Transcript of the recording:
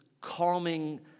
calming